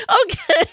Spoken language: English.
Okay